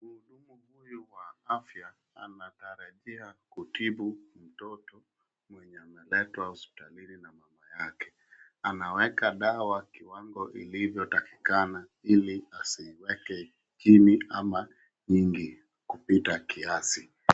Mhudumu huyu wa afya anatarajia kutibu mtoto mwenye ameletwa hositalini na mama yake. Anaweka dawa kiwango ilivyotakikana ili asiweke chini ama mingi kupita kiasi.